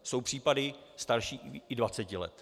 Jsou případy starší i dvaceti let.